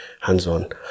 hands-on